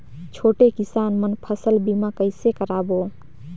छोटे किसान मन फसल बीमा कइसे कराबो?